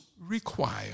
require